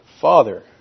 father